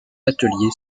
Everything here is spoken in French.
atelier